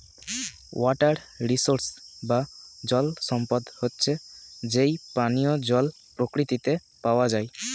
water resource বা জল সম্পদ হচ্ছে যেই পানিও জল প্রকৃতিতে পাওয়া যায়